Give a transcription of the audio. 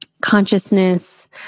consciousness